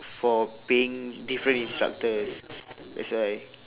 for paying different instructors that's why